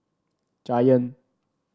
giant